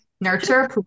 nurture